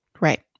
Right